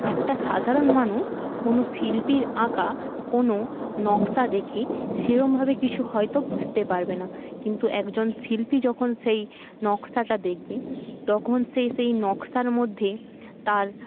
একটা সাধারণ মানুষ কোনো শিল্পীর আঁকা কোনো নকশা দেখে সেরকমভাবে কিছু হয়তো কিছু বুঝতে পারবে না কিন্তু একজন শিল্পী যখন সেই নকশাটা দেখবে তখন সে সেই নকশার মধ্যে তার